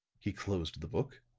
he closed the book,